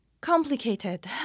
complicated